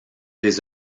des